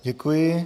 Děkuji.